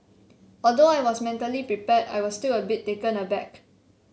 although I was mentally prepared I was still a bit taken aback